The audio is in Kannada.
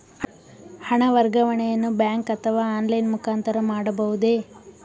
ಹಣ ವರ್ಗಾವಣೆಯನ್ನು ಬ್ಯಾಂಕ್ ಅಥವಾ ಆನ್ಲೈನ್ ಮುಖಾಂತರ ಮಾಡಬಹುದೇ?